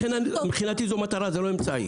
לכן מבחינתי זו מטרה, זה לא אמצעי.